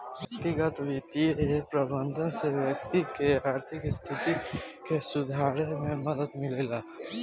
व्यक्तिगत बित्तीय प्रबंधन से व्यक्ति के आर्थिक स्थिति के सुधारे में मदद मिलेला